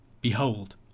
Behold